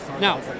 Now